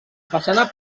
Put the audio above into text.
façana